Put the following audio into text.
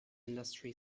industry